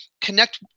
connect